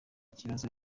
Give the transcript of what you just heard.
ikibazo